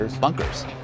bunkers